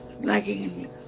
lacking